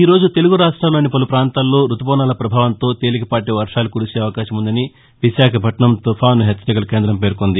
ఈరోజు తెలుగురాష్ట్రాల్లోని పలు ప్రాంతాల్లో రుతుపవనాల పభావంతో తేలికపాటి వర్షాలు పదే అవకాశం ఉందని విశాఖపట్నం తుపాను హెచ్చరికల కేంద్రం పేర్కొంది